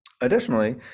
Additionally